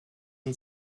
und